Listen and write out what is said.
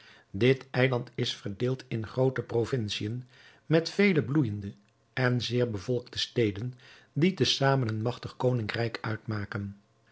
dit eiland is verdeeld in groote provinciën met vele bloeijende en zeer bevolkte steden die te zamen een magtig koningrijk uitmaken